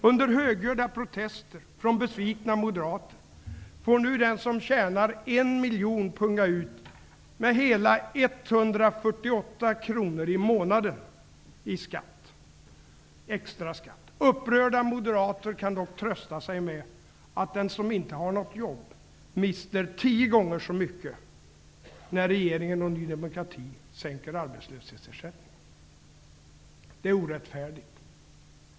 Under högljudda protester från besvikna moderater får nu den som tjänar en miljon om året punga ut med hela 148 kronor extra skatt i månaden. Upprörda moderater kan dock trösta sig med att den som inte har något jobb mister tio gånger så mycket, när regeringen och Ny demokrati sänker arbetslöshetsersättningen. Det är orättfärdigt.